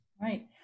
Right